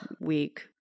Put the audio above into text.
week